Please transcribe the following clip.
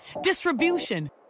distribution